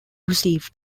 received